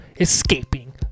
escaping